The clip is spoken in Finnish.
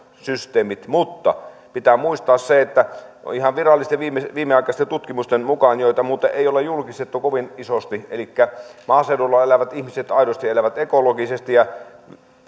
systeemit mutta pitää muistaa se että ihan virallisesti viimeaikaisten tutkimusten joita muuten ei ole julkistettu kovin isosti mukaan maaseudulla elävät ihmiset aidosti elävät ekologisesti ja